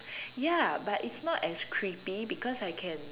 ya but it's not as creepy because I can